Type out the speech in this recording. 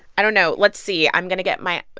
i don't know. let's see. i'm going to get my,